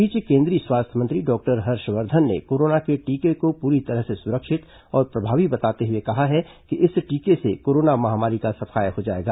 इस बीच केंद्रीय स्वास्थ्य मंत्री डॉक्टर हर्षवर्धन ने कोरोना के टीके को पूरी तरह से सुरक्षित और प्रभावी बताते हुए कहा है कि इस टीके से कोरोना महामारी का सफाया हो जायेगा